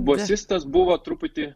bosistas buvo truputį